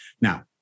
Now